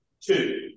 Two